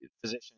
physician